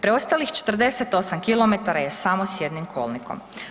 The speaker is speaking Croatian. Preostalih 48 km je samo s jednim kolnikom.